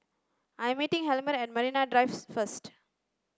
I am meeting Helmer at Marine Drive first